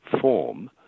form